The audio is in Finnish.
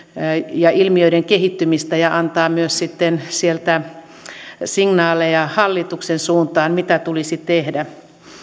ja ilmiöiden kehittymistä ja antaa sitten myös signaaleja hallituksen suuntaan mitä tulisi tehdä